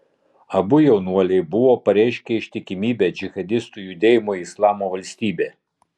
abu jaunuoliai buvo pareiškę ištikimybę džihadistų judėjimui islamo valstybė